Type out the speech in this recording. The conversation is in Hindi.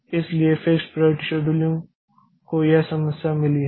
इसलिए फिक्स्ड प्राइयारिटी शेड्यूलिंग को यह समस्या मिली है